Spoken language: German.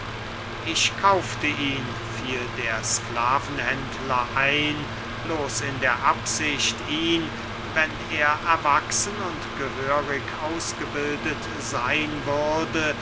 ich kaufte ihn fiel der sklavenhändler ein bloß in der absicht ihn wenn er erwachsen und gehörig ausgebildet seyn würde